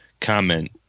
comment